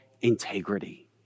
integrity